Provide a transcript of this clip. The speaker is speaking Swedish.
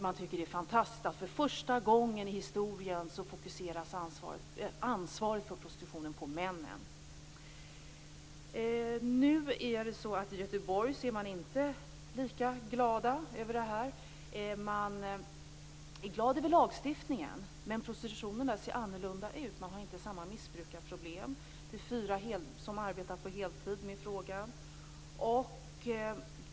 Man tycker att det är fantastiskt att ansvaret för prostitutionen för första gången i historien fokuseras på männen. Nu är det så att man inte är lika glad för det här i Göteborg. Man är glad över lagstiftningen. Men prostitutionen där ser annorlunda ut. Man har inte samma missbrukarproblem. Det är fyra personer som arbetar med frågan på heltid.